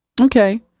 Okay